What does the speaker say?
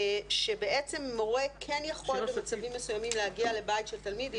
אם הבנתי נכון שבעצם מורה כן יכול במצבים מסוימים להגיע לבית של תלמיד.